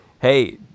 hey